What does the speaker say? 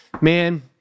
man